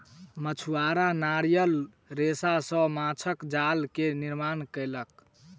मछुआरा नारियल रेशा सॅ माँछक जाल के निर्माण केलक